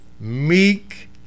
Meek